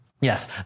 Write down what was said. Yes